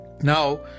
now